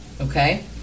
Okay